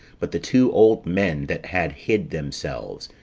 but the two old men that had hid themselves,